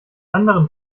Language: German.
anderen